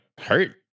Hurt